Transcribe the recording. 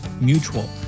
Mutual